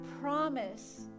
promise